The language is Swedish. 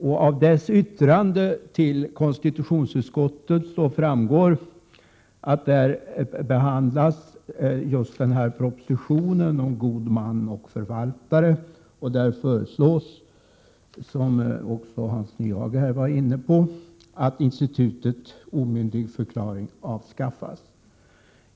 Av lagutskottets yttrande till konstitutionsutskottet framgår att man där behandlar propositionen om god man och förvaltare. I propositionen föreslås, som Hans Nyhage var inne på, att institutet omyndigförklaring avskaffas.